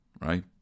right